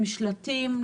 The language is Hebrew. עם שלטים,